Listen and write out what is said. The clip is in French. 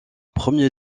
premier